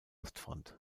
ostfront